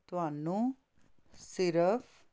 ਤੁਹਾਨੂੰ ਸਿਰਫ਼